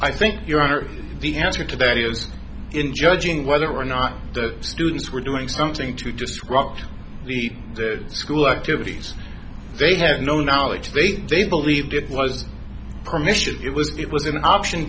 i think you are the answer to that is in judging whether or not the students were doing something to disrupt the school activities they had no knowledge base they believed it was permission it was give was an option